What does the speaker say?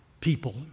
people